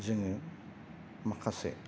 जोङो माखासे